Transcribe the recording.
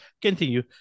Continue